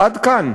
עד כאן.